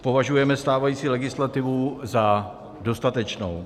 Považujeme stávající legislativu za dostatečnou.